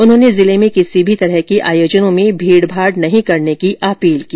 उन्होंने जिले में किसी भी तरह के आयोजनों में भीडभाड न करने की अपील की